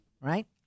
Right